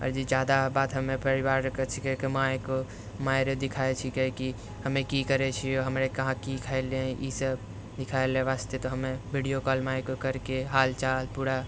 आओर जे जादा बात हमे परिवार अरके छीके माय अरके दिखाबै छिके हमे की करै छियो हमे कहाँ की खयलै इसब देखाय ले वास्ते हमे वीडियो कॉल मायके करके हाल चाल पूरा